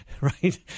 right